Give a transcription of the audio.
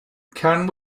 can